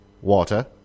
water